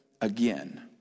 again